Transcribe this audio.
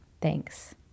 Thanks